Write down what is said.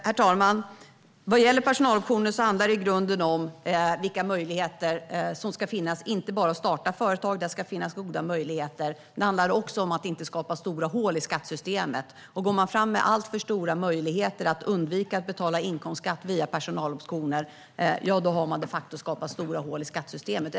Herr talman! Vad gäller personaloptioner handlar det i grunden om vilka möjligheter som ska finnas att starta företag - de ska vara goda. Det handlar också om att inte skapa stora hål i skattesystemet. Om man går fram med alltför stora möjligheter att undvika att betala inkomstskatt via personaloptioner har man de facto skapat stora hål i systemet.